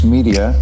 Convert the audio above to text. Media